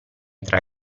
tra